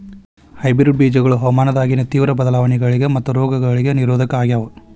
hybrid ಬೇಜಗೊಳ ಹವಾಮಾನದಾಗಿನ ತೇವ್ರ ಬದಲಾವಣೆಗಳಿಗ ಮತ್ತು ರೋಗಗಳಿಗ ನಿರೋಧಕ ಆಗ್ಯಾವ